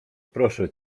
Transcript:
proszę